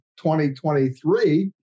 2023